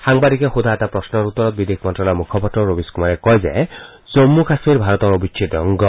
সাংবাদিকে সোধা এটা প্ৰশ্নৰ উত্তৰত বিদেশ মন্ত্যালয়ৰ মুখপাত্ৰ ৰৱিশ কুমাৰে কয় যে জম্মু কাশ্মীৰৰ ভাৰতৰ অবিচ্ছেদ্য অংগ